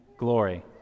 glory